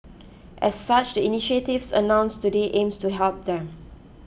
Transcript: as such the initiatives announced today aims to help them